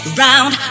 round